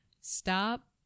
Stop